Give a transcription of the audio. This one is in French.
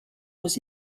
aux